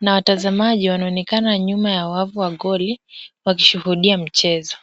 na watazamaji wanaonekana nyuma ya wavu wa goli wakishuhudia mchezo.